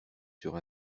sur